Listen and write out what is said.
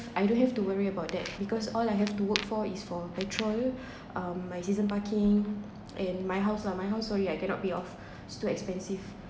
I don't have to worry about that because all I have to work for is for petrol um my season parking and my house lah my house sorry I cannot pay off it's too expensive